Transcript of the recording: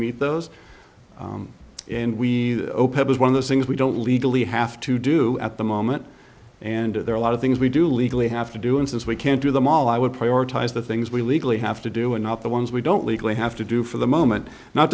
meet those and we open one of the things we don't legally have to do at the moment and there are a lot of things we do legally have to do and since we can't do them all i would prioritize the things we legally have to do and not the ones we don't legally have to do for the moment not